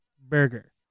burger